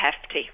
hefty